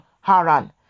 Haran